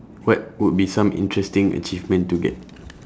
what would be some interesting achievement to get